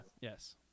yes